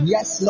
Yes